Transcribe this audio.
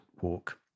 walk